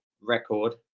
record